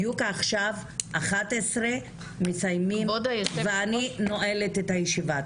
בדיוק עכשיו אחת עשרה מסיימים ואני נועלת את הישיבה.